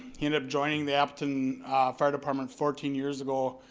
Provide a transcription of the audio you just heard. he ended up joining the appleton fire department fourteen years ago,